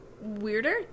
weirder